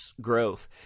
growth